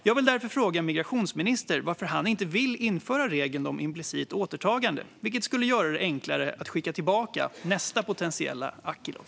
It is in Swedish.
Jag vill därför fråga migrationsministern varför han inte vill införa regeln om implicit återkallande, vilket skulle göra det enklare att skicka tillbaka nästa potentiella Akilov.